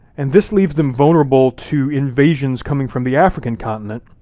and this leaves them vulnerable to invasions coming from the african continent,